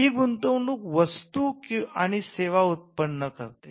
ही गुंतवणूक वस्तू आणि सेवा उत्पन्न करते